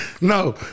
No